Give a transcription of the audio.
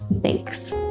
Thanks